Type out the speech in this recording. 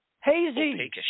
hazy